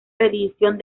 rendición